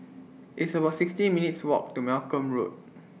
It's about sixty minutes' Walk to Malcolm Road